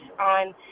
on